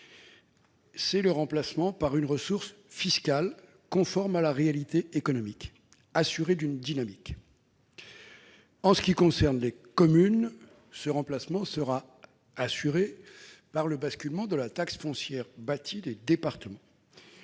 la taxe d'habitation par une ressource fiscale conforme à la réalité économique et assurée d'une dynamique. En ce qui concerne les communes, ce remplacement sera assuré par le basculement de la taxe foncière sur les propriétés